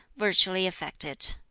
virtually effect it.